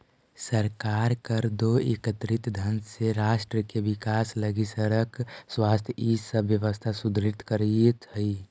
सरकार कर दो एकत्रित धन से राष्ट्र के विकास लगी सड़क स्वास्थ्य इ सब व्यवस्था सुदृढ़ करीइत हई